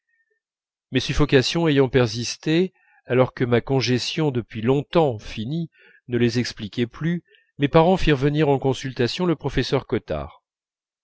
mes suffocations ayant persisté alors que ma congestion depuis longtemps finie ne les expliquait plus mes parents firent venir en consultation le professeur cottard